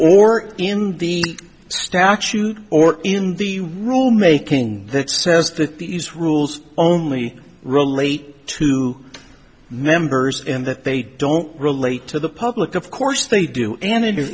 or in the statute or in the rule making that says that these rules only relate to members and that they don't relate to the public of course they do and i